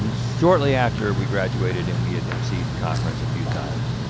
and shortly after we graduated, and we had emceed conference a few times,